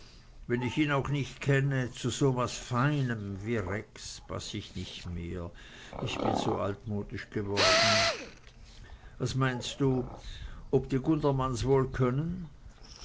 wenn ich ihn auch nicht kenne zu so was feinem wie rex paß ich nicht mehr ich bin zu altmodisch geworden was meinst du ob die gundermanns wohl können